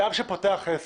שפותח עסק,